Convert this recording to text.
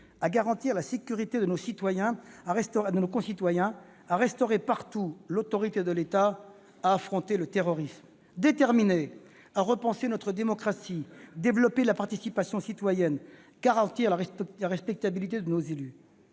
à garantir la sécurité de nos concitoyens, à restaurer partout l'autorité de l'État, à affronter le terrorisme. Déterminés à repenser notre démocratie, à développer la participation citoyenne, à garantir la respectabilité de nos élus.